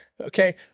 okay